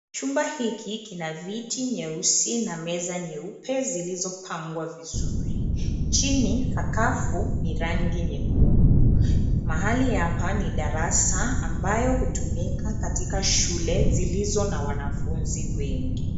Chumba hiki kina viti nyeusi na meza nyeupe zilizopangwa vizuri chini sakafu ni rangi nyekundu. Mahali ya paa ni darasa ambayo hutumika katika shule zilizo na wanafunzi wengi.